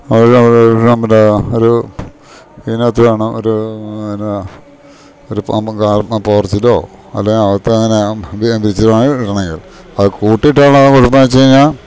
അതില് നമ്മടെ ഒരു നമ്മടെ ഒരു വേണം ഒരു അതിനകത്ത് വേണം ഒരു എന്നതാ ഒരു പാമ്പുക ഒരു പോർച്ചിലോ അല്ലെങ്ക് അകത്തെങ്ങനാം വിരിച്ചമായി ഇടണെത് അത് കൂട്ടിട്ടാ ഒള്ള കൊഴപ്പെന്ന വെച്ച് കഴിഞ്ഞാ